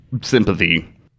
sympathy